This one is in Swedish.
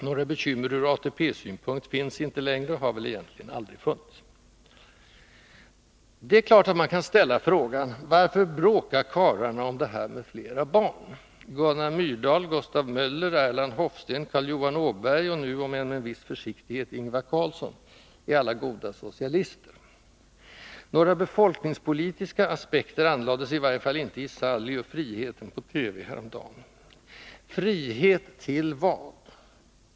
Några bekymmer ur ATP-synpunkt finns inte längre och har väl egentligen aldrig funnits. Det är klart att man kan ställa frågan: Varför bråkar karlarna om det här med flera barn? Gunnar Myrdal, Gustav Möller, Erland Hofsten och Carl Johan Åberg — och nu: om än med viss försiktighet — Ingvar Carlsson — alla goda socialister. Några befolkningspolitiska aspekter anlades i varje fall inte i ”Sally och friheten” på TV häromdagen. Frihet till vad?